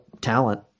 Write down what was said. talent